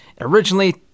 originally